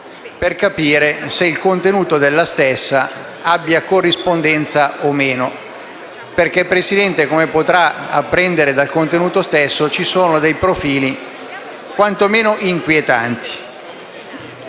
per capire se il contenuto della stessa trovi corrispondenza o meno, perché, signor Presidente, come potrà apprendere dal contenuto della stessa, contiene profili quantomeno inquietanti.